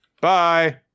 bye